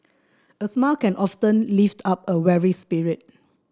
a smile can often lift up a weary spirit